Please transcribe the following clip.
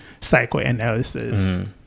psychoanalysis